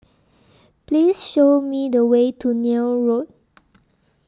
Please Show Me The Way to Neil Road